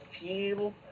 feel